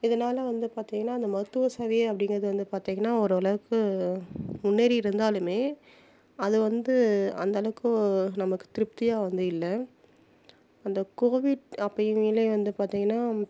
இதனால் வந்து பார்த்திங்கினா அந்த மருத்துவ சேவையே அப்படிங்குறது வந்து பார்த்திங்கினா ஒரு அளவுக்கு முன்னேறி இருந்தாலுமே அது வந்து அந்த அளவுக்கு நமக்கு திருப்தியாக வந்து இல்லை அந்த கோவிட் அப்போயுமிலே வந்து பார்த்திங்கினா